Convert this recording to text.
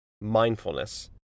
mindfulness